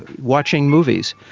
watching movies,